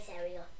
area